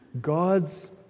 God's